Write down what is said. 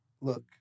look